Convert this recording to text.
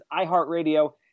iHeartRadio